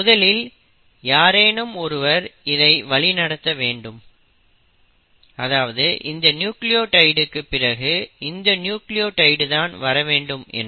முதலில் யாரேனும் ஒருவர் இதை வழிநடத்த வேண்டும் அதாவது இந்த நியூக்ளியோடைடுக்கு பிறகு இந்த நியூக்ளியோடைடு தான் வர வேண்டும் என்று